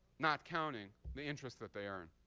not counting the interest that they earn.